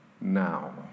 now